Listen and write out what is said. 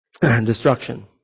destruction